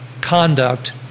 conduct